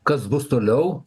kas bus toliau